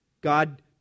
God